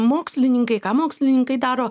mokslininkai ką mokslininkai daro